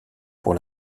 pour